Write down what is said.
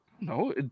No